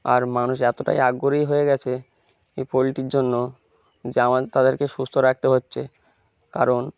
আর মানুষ এতটাই আগ্রহী হয়ে গেছে এই পোলট্রির জন্য যে আমার তাদেরকে সুস্থ রাখতে হচ্ছে কারণ